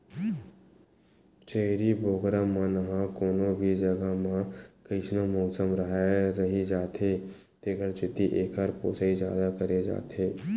छेरी बोकरा मन ह कोनो भी जघा म कइसनो मउसम राहय रहि जाथे तेखर सेती एकर पोसई जादा करे जाथे